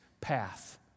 path